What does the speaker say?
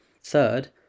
Third